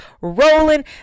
rolling